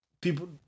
people